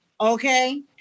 Okay